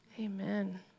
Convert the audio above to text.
Amen